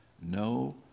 No